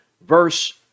Verse